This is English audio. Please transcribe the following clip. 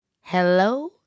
Hello